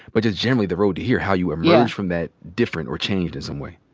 but just generally the road here, how you emerged from that different or changed in some way.